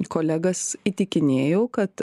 kolegas įtikinėjau kad